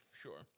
Sure